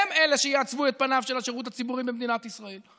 הם שיעצבו את פניו של השירות הציבורי במדינת ישראל?